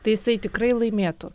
tai jisai tikrai laimėtų